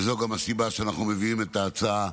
וזו גם הסיבה שאנחנו מביאים את ההצעה